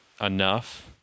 enough